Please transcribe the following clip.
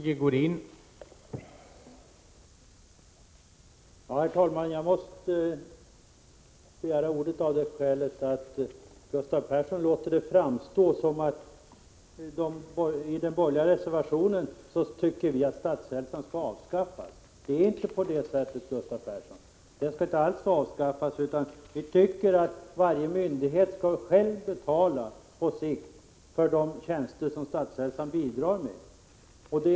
Herr talman! Jag har begärt ordet av det skälet att det på Gustav Persson låter som om de borgerliga reservanterna tycker att Statshälsan skall avskaffas. Men det förhåller sig inte på det sättet, Gustav Persson. Statshälsan skall inte alls avskaffas. I stället tycker vi att varje myndighet på sikt skall betala för de tjänster som Statshälsan står till förfogande med.